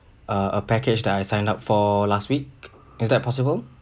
uh a package that I sign up for last week is that possible